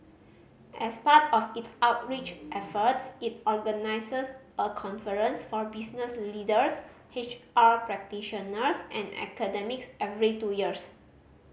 as part of its outreach efforts it organises a conference for business leaders H R practitioners and academics every two years